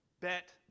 bet